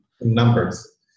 numbers